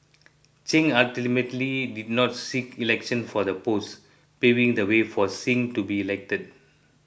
Chen ultimately did not seek election for the post paving the way for Singh to be elected